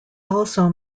also